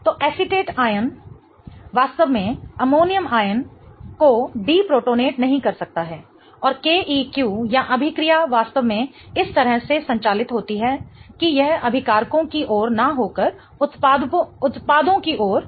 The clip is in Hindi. तो एसीटेट आयन वास्तव में अमोनियम आयन को डीप्रोटोनेट नहीं कर सकता है और Keq या अभीक्रिया वास्तव में इस तरह से संचालित होती है कि यह अभिकारकों की ओर न होकर उत्पादों की ओर जाए